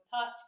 touch